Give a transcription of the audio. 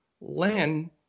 Len